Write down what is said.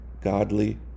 godly